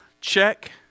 check